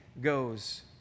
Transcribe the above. goes